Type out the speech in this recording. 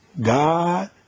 God